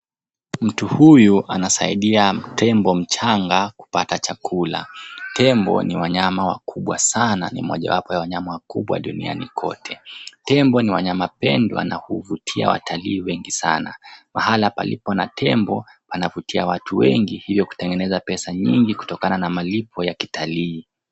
Mtu huyu anasaidia tembo mchanga kupata chakula, tembo ni wanyama mkubwa sana, ni mojawapo wa wanyama wakubwa duniani kote. Tembo ni wanyama pendwa na huvutia watalii wengi sana. Mahala palipo na tembo pana vutia watu wengi hivyo kutengeneza pesa nyingi kutoka na malipo ya kitalii.